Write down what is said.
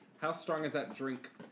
how-strong-is-that-drink